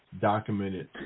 documented